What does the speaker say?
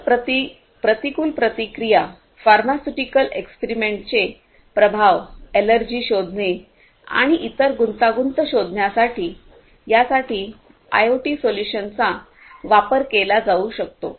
औषध प्रतिकूल प्रतिक्रिया फार्मास्युटिकल एक्सपेरिमेंट चे प्रभाव एलर्जी शोधणे आणि इतर गुंतागुंत शोधण्यासाठी यासाठी आयओटी सोल्युशन चा वापर केला जाऊ शकतो